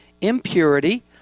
impurity